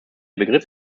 begriff